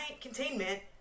containment